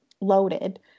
loaded